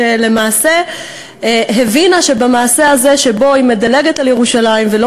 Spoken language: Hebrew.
שלמעשה הבינה שבמעשה שבו היא מדלגת על ירושלים ולא